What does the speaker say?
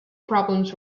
problems